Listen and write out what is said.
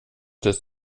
des